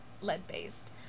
lead-based